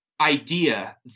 idea